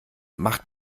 macht